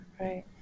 right